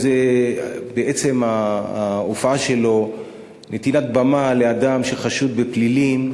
בעצם ההופעה שלו הייתה נתינת במה לאדם שחשוד בפלילים.